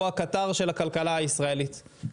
הוא הקטר של הכלכלה הישראלית.